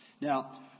Now